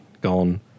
gone